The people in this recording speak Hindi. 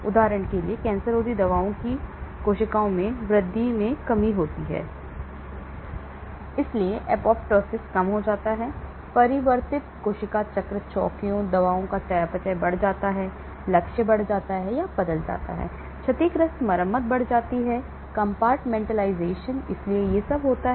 उदाहरण के लिए कैंसर रोधी दवाओं की कोशिकाओं में वृद्धि में कमी होती है इसलिए apoptosis कम हो जाता है परिवर्तित कोशिका चक्र चौकियों दवाओं का चयापचय बढ़ जाता है लक्ष्य बढ़ जाता है या बदल जाता है क्षतिग्रस्त मरम्मत बढ़ जाती है कंपार्टमेंटलाइज़ेशन इसलिए ये सब होता है